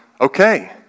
okay